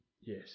Yes